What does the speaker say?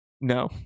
No